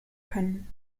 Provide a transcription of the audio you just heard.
können